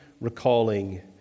recalling